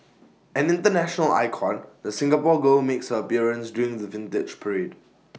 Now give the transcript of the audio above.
an International icon the Singapore girl makes her appearance during the Vintage Parade